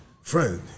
friend